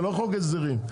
זה לא חוק הסדרים,